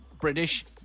British